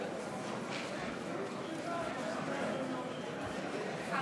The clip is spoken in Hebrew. יריב לוין ישב,